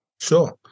Sure